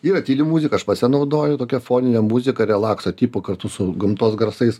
yra tyli muzika aš pats ją naudoju tokia foninė muzika relakso tipo kartu su gamtos garsais